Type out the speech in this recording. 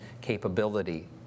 capability